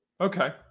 Okay